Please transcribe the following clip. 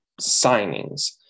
signings